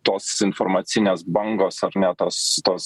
tos informacinės bangos ar ne tas tas